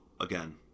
again